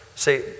See